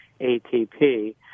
ATP